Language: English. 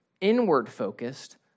inward-focused